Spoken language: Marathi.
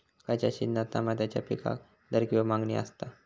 खयच्या सिजनात तमात्याच्या पीकाक दर किंवा मागणी आसता?